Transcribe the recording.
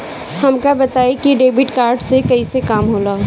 हमका बताई कि डेबिट कार्ड से कईसे काम होला?